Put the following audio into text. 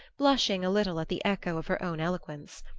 blushing a little at the echo of her own eloquence.